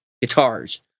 guitars